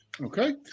Okay